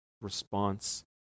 response